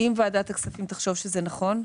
אם ועדת הכספים תחשוב שזה נכון,